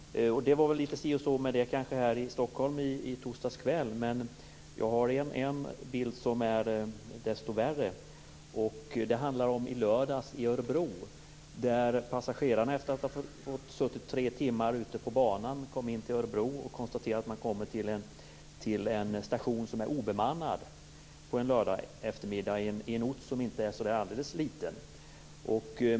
Det var väl litet si och så med informationen här i Stockholm i torsdags kväll, men jag har en bild som är värre. Den handlar om Örebro i lördags. Efter att ha fått sitta i tre timmar ute på banan kom passagerarna in till Örebro och konstaterade att de kom till en station som var obemannad - och detta på en lördagseftermiddag, och i en ort som inte är så där alldeles liten.